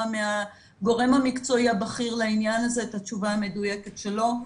מהגורם המקצועי הבכיר לעניין הזה את התשובה המדויקת שלו.